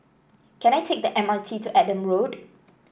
can I take the M R T to Adam Road